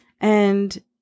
And-